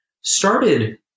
started